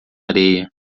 areia